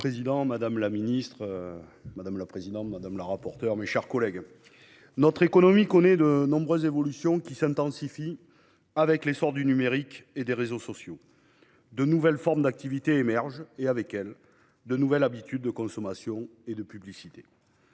citoyen et écologiste. Monsieur le président, madame la ministre, mes chers collègues, notre économie connaît de nombreuses évolutions, intensifiées par l'essor du numérique et des réseaux sociaux. De nouvelles formes d'activités émergent, et avec elles de nouvelles habitudes de consommation et de publicité.